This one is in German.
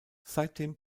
seitdem